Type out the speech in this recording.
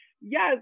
yes